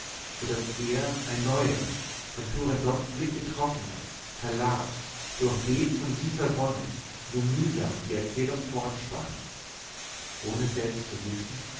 daß er ein neuer von turandots blick getroffener kalaf durchbebt von süßer wonne nur mühsam die erzählung fortspann ohne es selbst zu wissen